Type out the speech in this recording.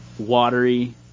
Watery